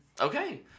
Okay